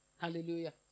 Hallelujah